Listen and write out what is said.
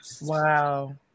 Wow